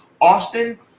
Austin